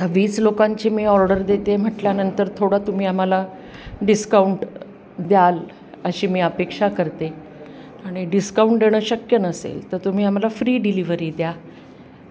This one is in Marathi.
तर वीस लोकांची मी ऑर्डर देते म्हटल्यानंतर थोडं तुम्ही आम्हाला डिस्काउंट द्याल अशी मी अपेक्षा करते आणि डिस्काउंट देणं शक्य नसेल तर तुम्ही आम्हाला फ्री डिलिव्हरी द्या